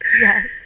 Yes